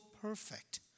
perfect